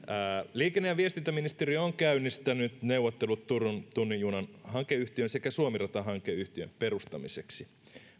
liikenne ja viestintäministeriö on käynnistänyt neuvottelut turun tunnin junan hankeyhtiön sekä suomi rata hankeyhtiön perustamiseksi